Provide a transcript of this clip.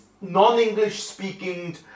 non-English-speaking